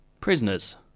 Prisoners